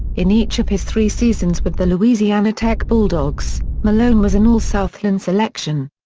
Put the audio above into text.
in each of his three seasons with the louisiana tech bulldogs, malone was an all-southland selection.